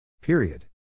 Period